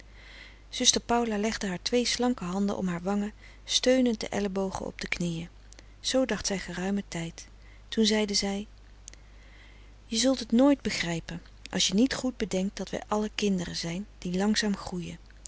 zuster paula legde haar twee slanke handen om haar frederik van eeden van de koele meren des doods wangen steunend de ellebogen op de knieën zoo dacht zij geruimen tijd toen zeide zij je zult het nooit begrijpen als je niet goed bedenkt dat wij allen kinderen zijn die langzaam groeien